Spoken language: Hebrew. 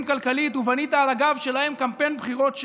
כלכלית ובנית על הגב שלהם קמפיין בחירות שלם,